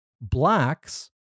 Blacks